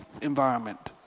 environment